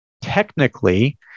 technically